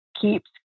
keeps